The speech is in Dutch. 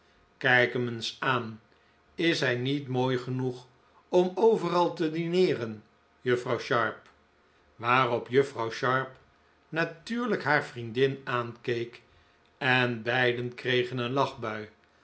kijk hem eens aan is hij niet mooi genoeg om overal te dineeren juffrouw sharp waarop juffrouw sharp natuurlijk haar vriendin aankeek en beiden kregen een lachbui